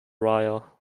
raya